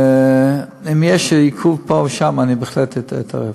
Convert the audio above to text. ואם יש עיכוב פה ושם, אני בהחלט אתערב.